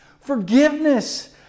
forgiveness